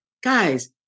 guys